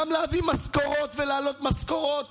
גם להביא משכורות ולהעלות משכורות